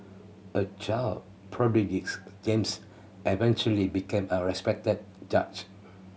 a child prodigies James eventually became a respected judge